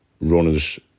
runners